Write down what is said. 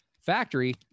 factory